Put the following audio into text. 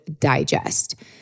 digest